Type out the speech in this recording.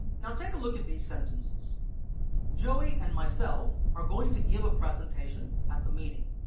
now take a look at these sentences joey and myself are going to give a presentation at the meeting.